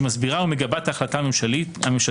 המסבירה ומגבה את ההחלטה הממשלתית,